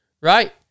right